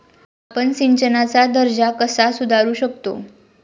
आपण सिंचनाचा दर्जा कसा सुधारू शकतो?